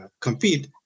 compete